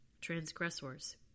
transgressors